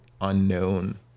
unknown